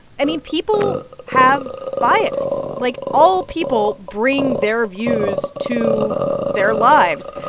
i mean, people have bias. like, all people bring their views to their lives.